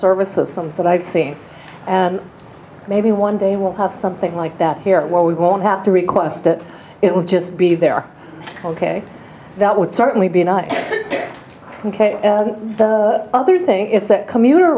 service of some sort i've seen and maybe one day we'll have something like that here where we won't have to request it it will just be there ok that would certainly be nice and the other thing is that commuter